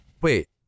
Wait